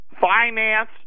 finance